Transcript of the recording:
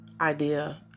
idea